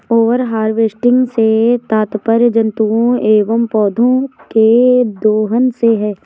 over harvesting से तात्पर्य जंतुओं एंव पौधौं के दोहन से है